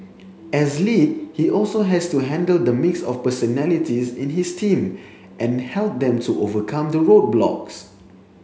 as lead he also has to handle the mix of personalities in his team and help them to overcome the roadblocks